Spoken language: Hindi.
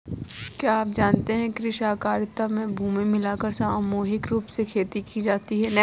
क्या आप जानते है कृषि सहकारिता में भूमि मिलाकर सामूहिक रूप से खेती की जाती है?